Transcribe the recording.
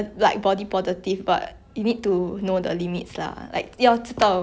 mm